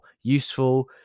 useful